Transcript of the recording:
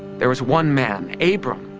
there was one man, abraham,